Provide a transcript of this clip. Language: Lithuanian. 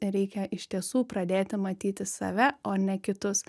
reikia iš tiesų pradėti matyti save o ne kitus